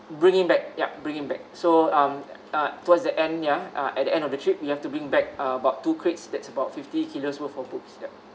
bringing back yup bringing back so um uh towards the end ya uh at the end of the trip we have to bring back uh about two crates that's about fifty kilos worth of books ya